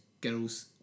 girls